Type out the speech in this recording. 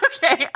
Okay